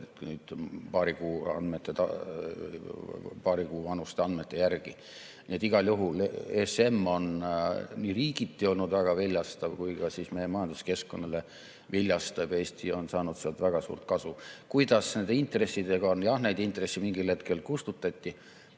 paari kuu vanuste andmete järgi. Nii et igal juhul on ESM olnud nii riigiti väga viljastav kui ka meie majanduskeskkonnale viljastav, Eesti on saanud sealt väga suurt kasu. Kuidas nende intressidega on? Jah, neid intresse mingil hetkel kustutati,